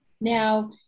Now